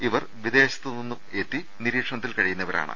ഇവർ വിദേ ശത്തുനിന്ന് എത്തി നിരീക്ഷണത്തിൽ കഴിയുന്നവരാണ്